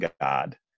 god